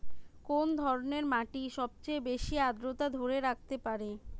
কোন ধরনের মাটি সবচেয়ে বেশি আর্দ্রতা ধরে রাখতে পারে?